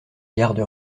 garde